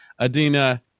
Adina